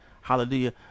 Hallelujah